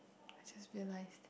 I just realised